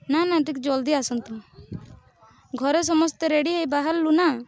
ନା ନା ଟିକେ ଜଲଦି ଆସନ୍ତୁ ଘରେ ସମସ୍ତେ ରେଡ଼ି ହେଇ ବାହାରିଲୁ ନା